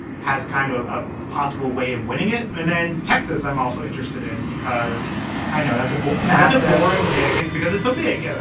has kind of a possible way of winning it. and then texas i'm also interested in because i know that's a boltz matter, boring pig. it's because it's so big, yeah